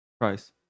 Price